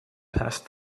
passed